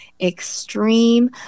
extreme